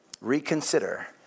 Reconsider